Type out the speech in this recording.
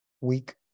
week